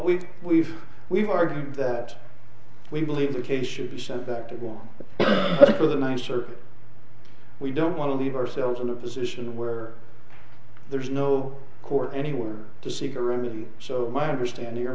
we we've we've argued that we believe the case should be sent back to war for the ninth circuit we don't want to leave ourselves in a position where there is no court anywhere to seek a remedy so my understanding or